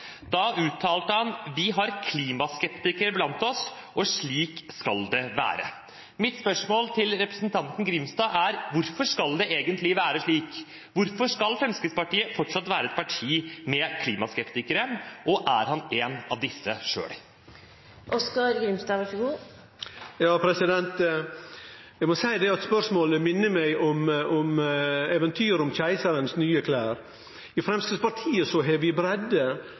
Da uttalte han: «Vi har klimaskeptikere blant oss, og slik skal det være». Mitt spørsmål til representanten Grimstad er: Hvorfor skal det egentlig være slik? Hvorfor skal Fremskrittspartiet fortsatt være et parti med klimaskeptikere, og er han selv en av disse? Eg må seie at spørsmålet minner meg om eventyret om keisarens nye klede. I Framstegspartiet har vi